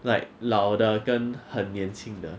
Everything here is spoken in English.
like 老的跟很年轻的